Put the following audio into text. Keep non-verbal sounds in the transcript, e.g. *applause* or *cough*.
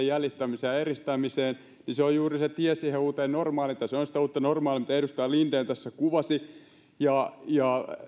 *unintelligible* jäljittämiseen ja eristämiseen on juuri tie siihen uuteen normaaliin tai se on sitä uutta normaalia mitä edustaja linden tässä kuvasi ja